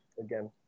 again